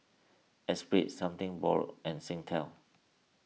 Espirit Something Borrowed and Singtel